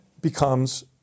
becomes